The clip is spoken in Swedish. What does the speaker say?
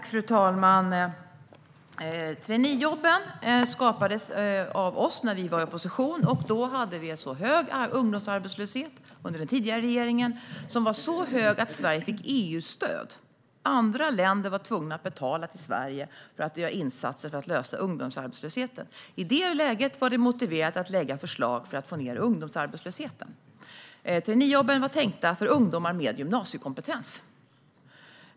Fru talman! Traineejobben skapades av oss när vi var i opposition. Då, under den tidigare regeringen, hade Sverige en hög ungdomsarbetslöshet. Den var så hög att Sverige fick EU-stöd. Andra länder var tvungna att betala till Sverige för att göra insatser för att lösa ungdomsarbetslösheten. I det läget var det motiverat att lägga fram förslag för att få ned ungdomsarbetslösheten. Traineejobben var tänkta för ungdomar med gymnasiekompetens.